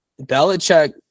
Belichick